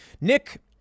Nick